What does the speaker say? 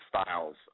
styles